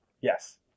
Yes